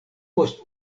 post